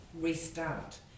restart